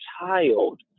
child